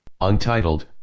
Untitled